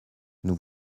nous